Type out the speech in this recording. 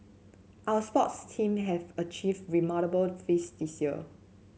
our sports team have achieved remarkable feat this year